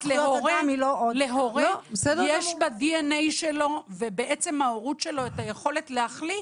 להורה יש ב-DNA שלו ומעצם ההורות שלו את היכולת להחליט